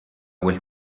quel